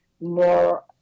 more